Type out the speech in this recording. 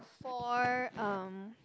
four um